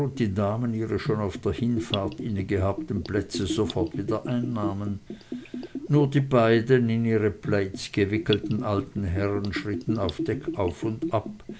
die damen ihre schon auf der hinfahrt innegehabten plätze sofort wieder einnahmen nur die beiden in ihre plaids gewickelten alten herren schritten auf deck auf und ab